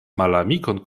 malamikon